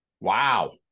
Wow